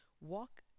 Walk